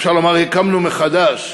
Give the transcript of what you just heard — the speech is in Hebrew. שאפשר לומר שהקמנו מחדש